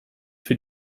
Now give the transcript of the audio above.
für